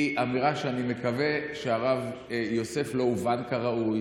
אמירה שאני מקווה שהרב יוסף לא הובן בה כראוי,